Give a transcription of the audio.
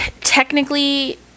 technically